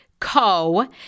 Co